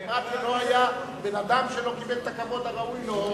כמעט לא היה בן-אדם שלא קיבל את הכבוד הראוי לו,